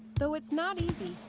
though it's not easy,